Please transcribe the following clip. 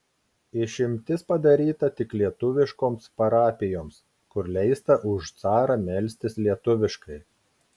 išimtis padaryta tik lietuviškoms parapijoms kur leista už carą melstis lietuviškai